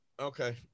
Okay